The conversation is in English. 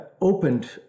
opened